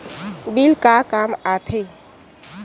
Bill का काम आ थे?